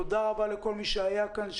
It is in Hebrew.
תודה רבה לכל מי שהיה כאן,